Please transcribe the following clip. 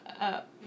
up